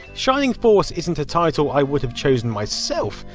shining force isn't a title i would have chosen myself